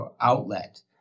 outlet